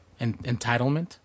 Entitlement